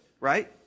right